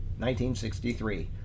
1963